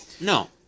No